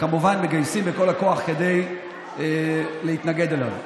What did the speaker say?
וכמובן מגייסים את כל הכוח כדי להתנגד אליו.